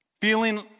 feeling